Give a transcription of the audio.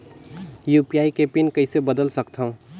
UPI के PIN कइसे बदल सकथव?